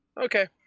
Okay